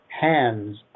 Hands